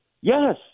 Yes